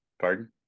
pardon